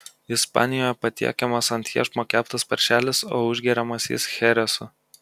ispanijoje patiekiamas ant iešmo keptas paršelis o užgeriamas jis cheresu